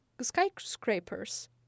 skyscrapers